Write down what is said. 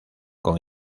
con